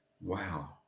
wow